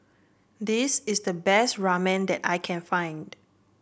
this is the best Ramen that I can find